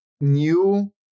new